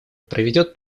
проведет